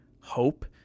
hope